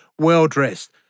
well-dressed